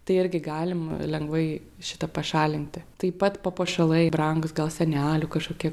tai irgi galima lengvai šitą pašalinti taip pat papuošalai brangūs gal senelių kažkokie